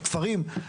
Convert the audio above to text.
הכפרים,